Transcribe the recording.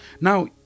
Now